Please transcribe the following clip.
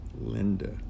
Linda